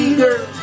girl